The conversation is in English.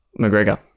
McGregor